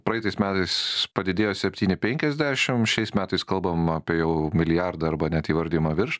praeitais metais padidėjo septyni penkiasdešim šiais metais kalbam apie jau milijardą arba net įvardijama virš